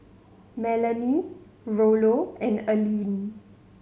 Melonie Rollo and Alleen